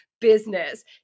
business